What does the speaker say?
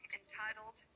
entitled